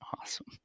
awesome